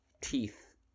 teeth